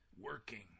working